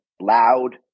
Loud